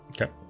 Okay